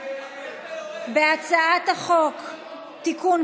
הצעת חוק הכנסת (תיקון,